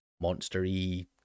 monster-y